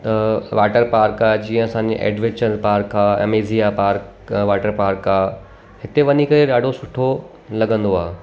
त water park आहे जीअं असांजे एडवैंचर पार्क आहे अमेजिया पार्क आहे वाटर पार्क आहे हिते वञी करे ॾाढो सुठो लॻंदो आहे